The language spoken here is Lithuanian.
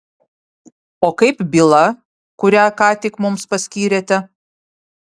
o kaip byla kurią ką tik mums paskyrėte